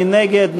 מי נגד?